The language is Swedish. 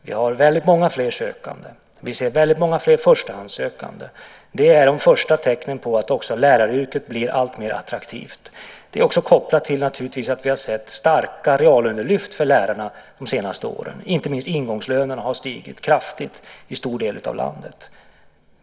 Vi har väldigt många fler sökande. Vi ser väldigt många fler förstahandssökande. Det är de första tecknen på att läraryrket blir alltmer attraktivt. Det är naturligtvis också kopplat till att vi har sett starka reallönelyft för lärarna de senaste åren. Inte minst ingångslönerna har stigit kraftigt i en stor del av landet.